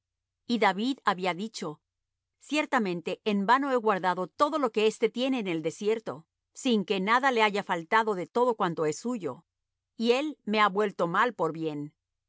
y david había dicho ciertamente en vano he guardado todo lo que éste tiene en el desierto sin que nada le haya faltado de todo cuanto es suyo y él me ha vuelto mal por bien